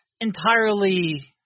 entirely